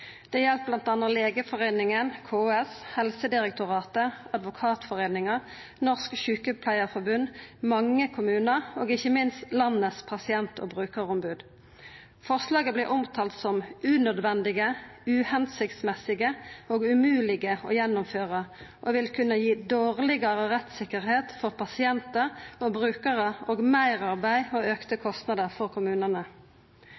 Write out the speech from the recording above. Det gjeld bl.a. Legeforeininga, KS, Helsedirektoratet, Advokatforeningen, Norsk Sykepleierforbund, mange kommunar og ikkje minst landets pasient- og brukarombod. Forslaga vert omtalte som «unødvendige, uhensiktsmessige og til dels umulige å gjennomføre, og vil i tillegg gi dårligere rettssikkerhet for pasienter og brukere og merarbeid og økte